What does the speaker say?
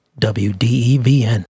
WDEVN